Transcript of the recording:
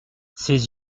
ses